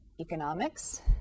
economics